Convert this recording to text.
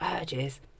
urges